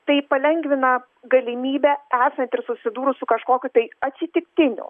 tai palengvina galimybę esant ir susidūrus su kažkokiu tai atsitiktiniu